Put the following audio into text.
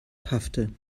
paffte